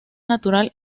natural